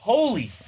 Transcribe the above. Holy